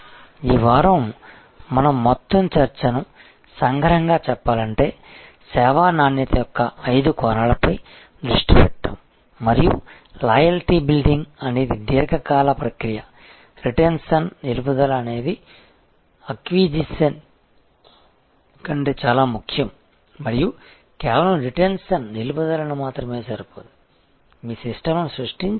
ఈ వారం మన మొత్తం చర్చను సంగ్రహంగా చెప్పాలంటే సేవా నాణ్యత యొక్క ఐదు కోణాలపై దృష్టి పెట్టాము మరియు లాయల్టీ బిల్డింగ్ అనేది దీర్ఘకాల ప్రక్రియరిటెన్షన్ నిలుపుదల అనేది అక్విజిషన్సముపార్జన కంటే చాలా ముఖ్యం మరియు కేవలం రిటెన్షన్ నిలుపుదల మాత్రమే సరిపోదు మీ సిస్టమ్ని సృష్టించాలి